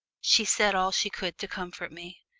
she said all she could to comfort me.